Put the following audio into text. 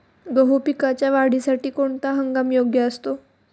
गहू पिकाच्या वाढीसाठी कोणता हंगाम योग्य असतो?